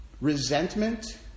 Resentment